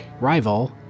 rival